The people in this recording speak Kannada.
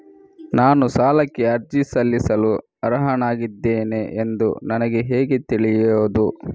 ನಾನು ಸಾಲಕ್ಕೆ ಅರ್ಜಿ ಸಲ್ಲಿಸಲು ಅರ್ಹನಾಗಿದ್ದೇನೆ ಎಂದು ನನಗೆ ಹೇಗೆ ತಿಳಿಯುದು?